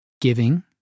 Giving